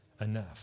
enough